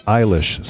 Eilish